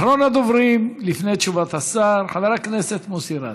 אחרון הדוברים לפני תשובת השר, חבר הכנסת מוסי רז.